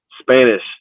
Spanish